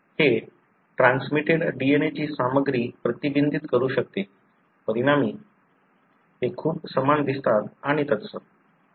हे transmitted DNA ची सामग्री प्रतिबिंबित करू शकते परिणामी ते खूप समान दिसतात आणि तत्सम